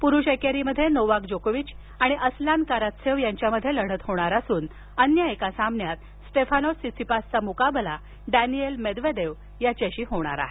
पुरुष एकेरीमध्ये नोवाक जोकोविच आणि असलान कारात्सेव यांच्यात लढत होणार असून अन्य एका सामन्यात स्टेफानोस सित्सीपासचा मुकाबला डॅनियल मेदवेदेव याच्याशी होणार आहे